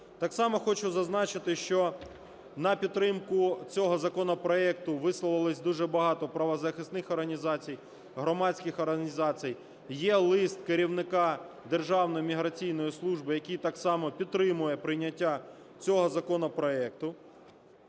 Так само хочу зазначити, що на підтримку цього законопроекту висловились дуже багато правозахисних організацій, громадських організацій. Є лист керівника Державної міграційної служби, який так само підтримує прийняття цього законопроекту.